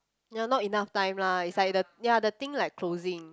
ya not enough time lah it's like the ya the thing like closing